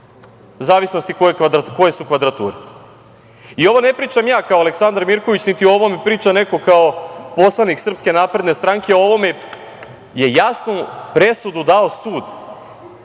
zavisnosti koje su kvadrature. Ovo ne pričam ja kao Aleksandar Mirković, niti o ovome priča neko kao poslanik Srpske napredne stranke, ovome je jasnu presudu dao sud.